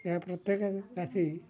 ଏହା ପ୍ରତ୍ୟେକ ଚାଷୀ